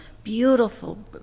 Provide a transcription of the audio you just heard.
Beautiful